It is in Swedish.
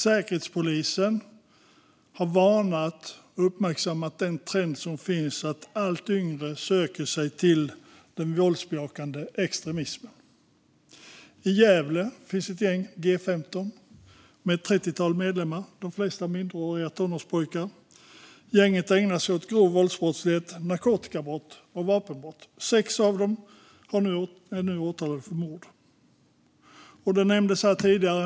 Säkerhetspolisen har uppmärksammat och varnat för en trend där allt yngre söker sig till våldsbejakande extremism. I Gävle finns gänget G15 med ett trettiotal medlemmar, de flesta av dem minderåriga tonårspojkar. Gänget ägnar sig åt grov våldsbrottslighet, narkotikabrott och vapenbrott. Sex av dem är nu åtalade för mord. Ett annat exempel nämndes här tidigare.